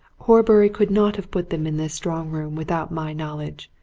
horbury could not have put them in this strong room without my knowledge.